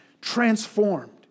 transformed